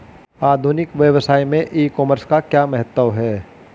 आधुनिक व्यवसाय में ई कॉमर्स का क्या महत्व है?